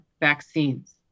vaccines